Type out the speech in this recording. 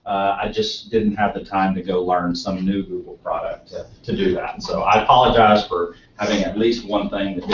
i just didn't have the time to go learn some new google product to do that, so i apologize for having at least one thing